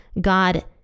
God